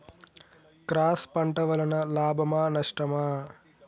Cross పంట వలన లాభమా నష్టమా?